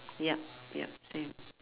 yup yup same